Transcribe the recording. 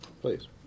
Please